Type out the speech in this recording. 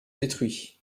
détruits